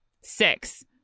six